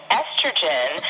estrogen